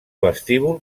vestíbul